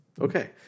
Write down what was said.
Okay